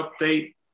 update